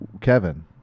Kevin